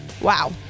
Wow